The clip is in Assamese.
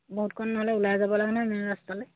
বহুতকন নহ'লে ওলাই যাব লাগ নহয় মেইন ৰাস্তালে